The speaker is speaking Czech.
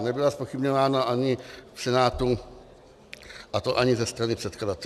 Nebyla zpochybňována ani v Senátu, a to ani ze strany předkladatelů.